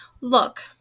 Look